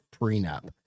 prenup